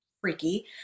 freaky